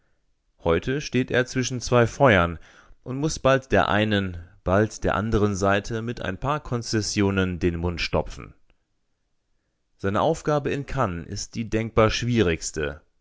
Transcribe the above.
heute steht er zwischen zwei feuern und muß bald der einen bald der anderen seite mit ein paar konzessionen den mund stopfen seine aufgabe in cannes ist die denkbar schwierigste